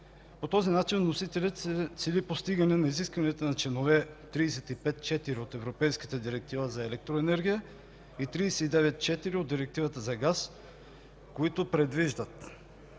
По този начин вносителят цели постигане на изискванията на членове 35.4 от Европейската директива за електроенергия и 39.4 от Директивата за газ, които предвиждат: